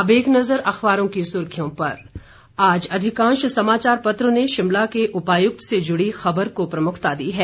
अब एक नजर अखबारों की सुर्खियों पर आज अधिकांश समाचार पत्रों ने शिमला के उपायुक्त से जुड़ी खबर को प्रमुखता दी है